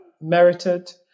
merited